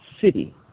city